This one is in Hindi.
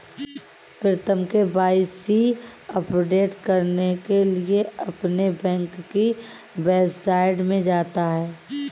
प्रीतम के.वाई.सी अपडेट करने के लिए अपने बैंक की वेबसाइट में जाता है